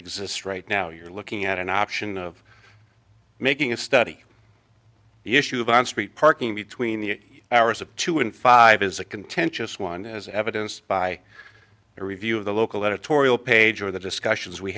exists right now you're looking at an option of making a study the issue of on street parking between the hours of two and five is a contentious one as evidenced by a review of the local editorial page or the discussions we